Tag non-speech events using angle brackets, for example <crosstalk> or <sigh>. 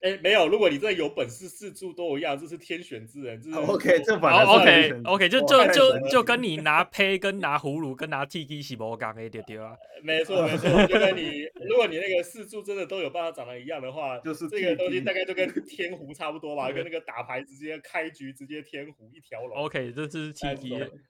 欸，没有，如果你真的有本事，四柱都一样，这是天选之人，这是-哦，OK，这反而是哦，OK，天选OK，之就-人。就- 就- 就跟你拿胚跟拿葫芦跟拿TG是不一样的，对，对啊。没错，没错，就跟 <laughs> 你- 如果你那个四柱真的都有办法长得一样的话，就是这个东西TG。大概就跟天胡差不多吧，跟那个打牌直接开局直接天胡一条龙。OK，这是没错。TG。